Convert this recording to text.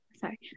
Sorry